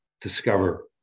discover